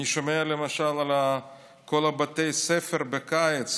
אני שומע למשל על כל בתי הספר בקיץ,